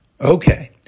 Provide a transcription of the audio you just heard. Okay